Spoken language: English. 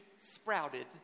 sprouted